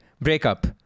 breakup